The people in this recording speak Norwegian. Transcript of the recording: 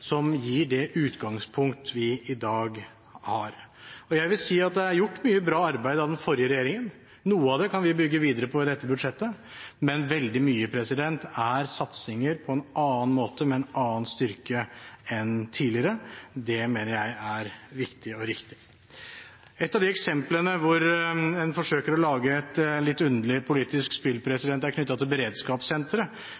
som gir det utgangspunktet vi har i dag. Jeg vil si at det er gjort mye bra arbeid av den forrige regjeringen. Noe av det kan vi bygge videre på i dette budsjettet, men veldig mye er satsinger på en annen måte, med en annen styrke enn tidligere. Det mener jeg er viktig og riktig. Et av de eksemplene hvor man forsøker å lage et litt underlig politisk spill,